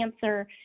cancer